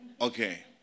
Okay